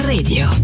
Radio